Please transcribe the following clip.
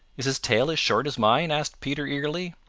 is his tail as short as mine? asked peter eagerly.